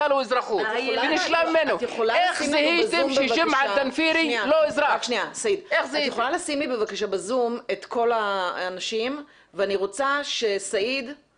צבא והילדים ואני אחרי ביטחון שדה והמשפחה שלי כולם אחרי צבא.